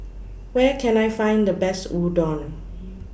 Where Can I Find The Best Udon